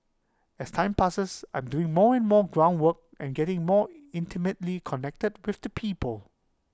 as time passes I'm doing more and more ground work and getting more intimately connected with the people